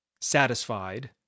satisfied